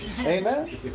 Amen